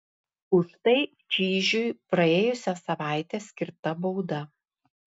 už tai čyžiui praėjusią savaitę skirta bauda